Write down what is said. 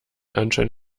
anschein